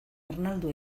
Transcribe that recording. ernaldu